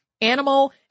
animal